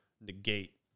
negate